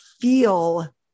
feel